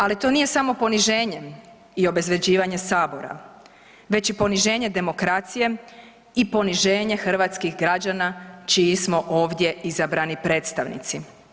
Ali to nije samo poniženje i obezvrjeđivanje Sabora, već i poniženje demokracije i poniženje hrvatskih građana čiji smo ovdje izabrani predstavnici.